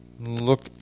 look